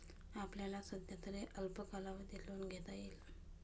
आपल्याला सध्यातरी अल्प कालावधी लोन घेता येईल